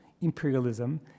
imperialism